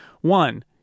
one